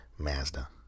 Mazda